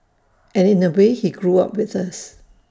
and in A way he grew up with us